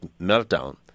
meltdown